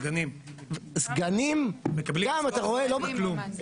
סגנים מקבלים משכורת על כלום.